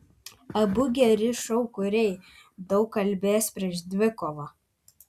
abu geri šou kūrėjai daug kalbės prieš dvikovą